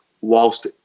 whilst